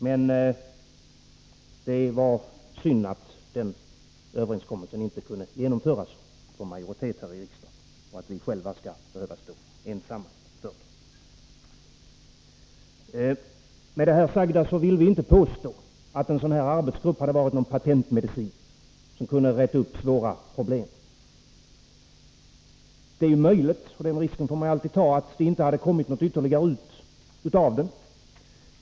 Men det var synd att den träffade överenskommelsen inte kunde få majoritet här i riksdagen utan att bara vi inom vpk står bakom den. Jag vill med det sagda inte påstå att en arbetsgrupp av detta slag hade varit en patentmedicin som kunnat reda upp svåra problem. Det är möjligt — den risken får man alltid ta — att det inte hade kommit ut något ytterligare av den.